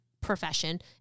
profession